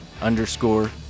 underscore